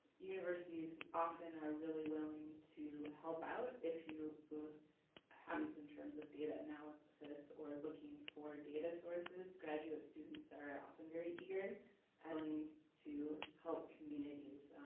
universities often are really willing to help out if you have needs in terms of data analysis or are looking for data sources, graduate students are often very eager and willing to help communities.